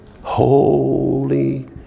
Holy